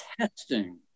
testing